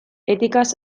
etikaz